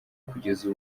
kugeza